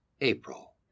April